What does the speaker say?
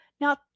Now